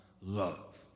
love